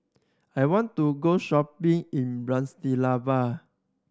I want to go shopping in Bratislava